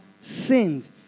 sinned